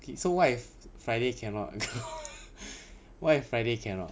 okay so what if friday cannot what if friday cannot